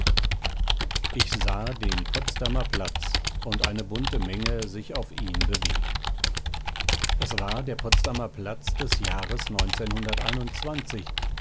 ich sah den potsdamer platz und eine bunte menge sich auf ihm bewegen es war der potsdamer platz des jahres